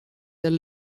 their